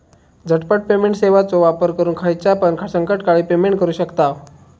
झटपट पेमेंट सेवाचो वापर करून खायच्यापण संकटकाळी पेमेंट करू शकतांव